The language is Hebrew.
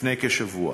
לפני כשבוע.